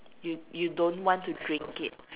you you don't want to drink it